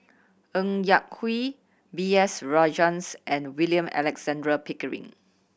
Ng Yak Whee B S Rajhans and William Alexander Pickering